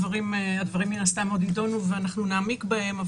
מן הסתם הדברים עוד יידונו ואנחנו נעמיק בהם,